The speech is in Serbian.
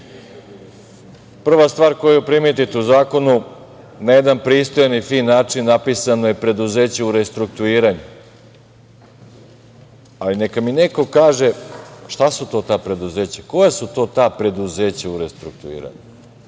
reda. Prva stvar koju primetite u zakonu - na jedan pristojan i fin način napisano je preduzeće u restrukturiranju. Ali neka mi neko kaže šta su preduzeća, koja su to preduzeća u restrukturiranju,